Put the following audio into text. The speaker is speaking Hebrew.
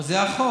אבל זה החוק.